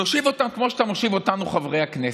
תושיב אותם כמו שאתה מושיב אותנו, חברי הכנסת.